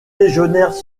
légionnaires